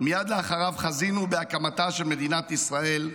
מייד אחריו חזינו בהקמתה של מדינת ישראל.